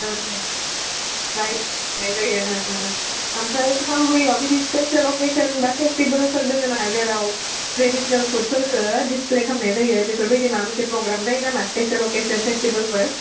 rice जानाय जायो आमफ्राय उदालगुरियाव बिदि स्पेसेल अकेसन बा फेस्टिभेलफोर दोङोना जेराव ट्रेडिसिनेल फुडफोरखो डिसप्ले खालामनाय जायो बिसोर बेफोरबायदि माबा मोनसे पग्राम जायोनामा स्पेसेलफोर अकेसन फेस्टिभेलफोर